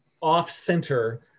off-center